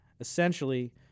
essentially